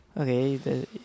Okay